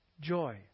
joy